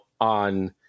on